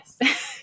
yes